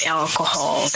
alcohol